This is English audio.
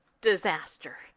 disaster